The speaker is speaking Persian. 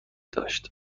داشت